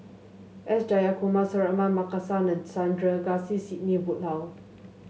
S Jayakumar Suratman Markasan and Sandrasegaran Sidney Woodhull